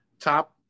top